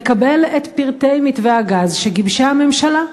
לקבל את פרטי מתווה הגז שגיבשה הממשלה,